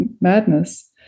madness